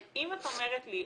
אם את אומרת לי,